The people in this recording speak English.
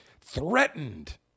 threatened